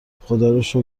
خداروشکر